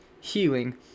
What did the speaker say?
healing